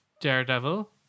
Daredevil